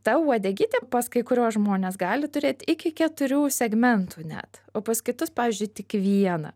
ta uodegytė pas kai kuriuos žmones gali turėt iki keturių segmentų net o pas kitus pavyzdžiui tik vieną